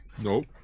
Nope